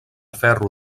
ferro